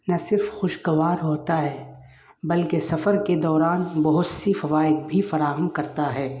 نہ صرف خوشگوار ہوتا ہے بلکہ سفر کے دوران بہت سی فوائد بھی فراہم کرتا ہے